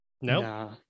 No